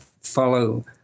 follow